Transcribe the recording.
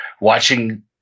Watching